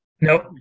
Nope